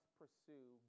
pursue